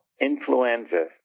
Influenza